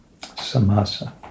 samasa